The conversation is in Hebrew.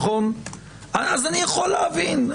אני יכול להבין.